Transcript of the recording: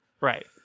Right